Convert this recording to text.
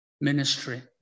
ministry